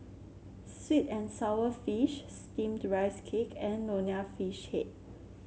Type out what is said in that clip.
sweet and sour fish steamed Rice Cake and Nonya Fish Head